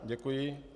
Děkuji.